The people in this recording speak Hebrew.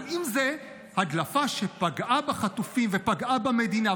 אבל אם זאת הדלפה שפגעה בחטופים ופגעה במדינה,